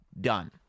done